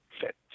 fit